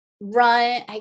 run